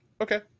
okay